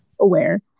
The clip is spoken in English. aware